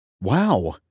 Wow